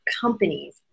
companies